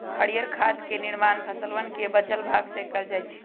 हरीयर खाद के निर्माण फसलवन के बचल भाग से कइल जा हई